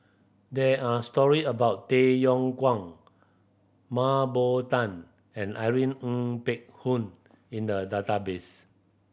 there are story about Tay Yong Kwang Mah Bow Tan and Irene Ng Phek Hoong in the database